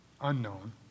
unknown